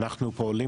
אנחנו פועלים